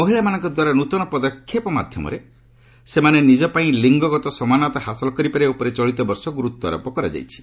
ମହିଳାମାନଙ୍କ ଦ୍ୱାରା ନ୍ତନ ପଦକ୍ଷେପ ମାଧ୍ୟମରେ ସେମାନେ ନିଜ ପାଇଁ ଲିଙ୍ଗଗତ ସମାନତା ହାସଲ କରିପାରିବା ଉପରେ ଚଳିତ ବର୍ଷ ଗୁରୁତ୍ୱାରୋପ କରାଯାଇଛି